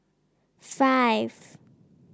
five